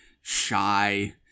shy